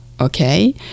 okay